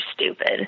stupid